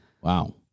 Wow